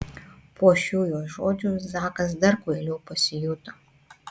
po šių jos žodžių zakas dar kvailiau pasijuto